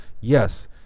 Yes